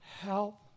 help